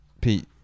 Pete